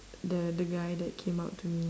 the the guy that came up to me